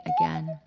again